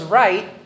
right